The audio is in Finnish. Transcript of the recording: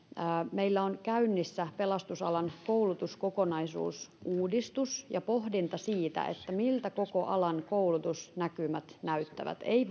meillä on käynnissä pelastusalan koulutuskokonaisuusuudistus ja pohdinta siitä miltä koko alan koulutusnäkymät näyttävät ei